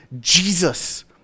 Jesus